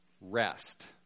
rest